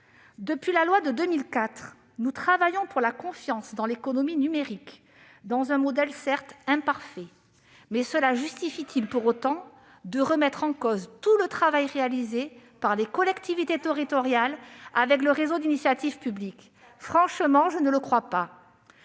Depuis la loi de 2004, nous travaillons pour la confiance dans l'économie numérique, selon un modèle, certes, imparfait. Cela justifie-t-il, pour autant, de remettre en cause tout le travail réalisé par les collectivités territoriales, avec leurs réseaux d'initiative publique ? Franchement, je ne le crois pas.